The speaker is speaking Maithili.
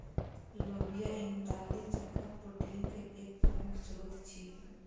लोबिया ईन दालि जकां प्रोटीन के एक प्रमुख स्रोत छियै